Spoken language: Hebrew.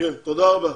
תודה רבה.